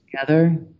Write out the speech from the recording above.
together